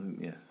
Yes